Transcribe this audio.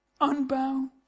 Unbound